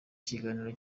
kiganiro